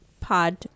pod